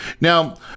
Now